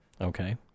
Okay